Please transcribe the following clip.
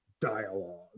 dialogue